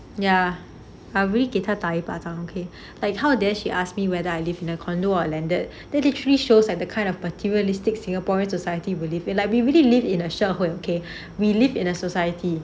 ya I really 给他打一巴掌 okay like how dare she asked me whether I live in a condo or landed they literally shows at the kind of materialistic singaporean society will live you like we really live in a 社会 okay we live in a society